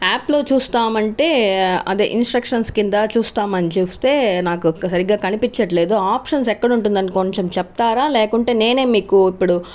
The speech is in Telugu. యాప్లో చూస్తామంటే అదే ఇన్స్ట్రక్షన్స్ కింద చూస్తామని చూస్తే నాకు సరిగ్గా కనిపించట్లేదు ఆప్షన్ ఎక్కడ ఉంటుందని కొంచెం చెప్తారా లేకుంటే నేనే మీకు ఇప్పుడు